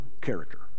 character